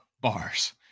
bars